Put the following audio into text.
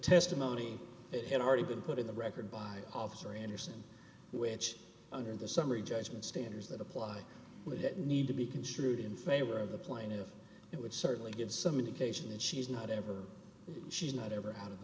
testimony it had already been put in the record by officer anderson which under the summary judgment standards that apply would it need to be construed in favor of the plaintiff it would certainly give some indication that she's not ever she's not ever